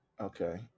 Okay